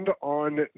on